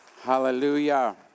Hallelujah